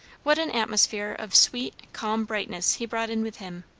what an atmosphere of sweet, calm brightness he brought in with him,